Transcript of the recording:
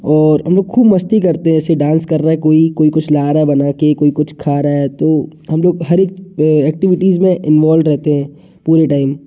और हम लोग खूब मस्ती करते हैं ऐसे डांस कर रहा है कोई कोई कुछ ला रहा है बना के कोई कुछ खा रहा है तो हम लोग हर एक एक्टिविटीज़ में इनवोल्ब्ड रहते हैं पूरे टाइम